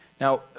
Now